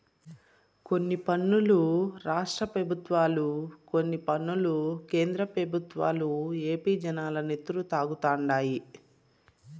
కొన్ని పన్నులు రాష్ట్ర పెబుత్వాలు, కొన్ని పన్నులు కేంద్ర పెబుత్వాలు ఏపీ జనాల నెత్తురు తాగుతండాయి